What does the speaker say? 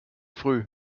früh